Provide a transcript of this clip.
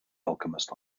alchemist